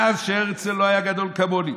מאז הרצל, לא היה גדול כמוני.